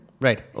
Right